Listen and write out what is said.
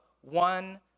one